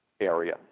area